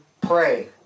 pray